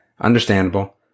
understandable